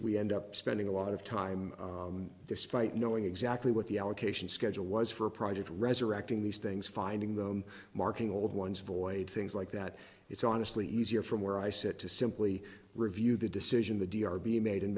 we end up spending a lot of time despite knowing exactly what the allocation schedule was for a project resurrecting these things finding them marking old ones void things like that it's honestly easier from where i sit to simply review the decision the d r be made and